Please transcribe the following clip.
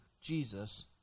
Jesus